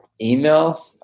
email